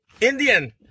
Indian